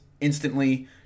instantly